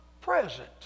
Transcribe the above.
present